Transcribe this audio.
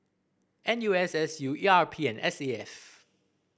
N U S S U E R P and S A F